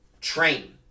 train